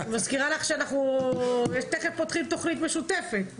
אני מזכירה לך שאנחנו תכף פותחים תכנית משותפת.